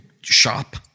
shop